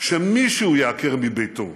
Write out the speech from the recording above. שמישהו ייעקר מביתו,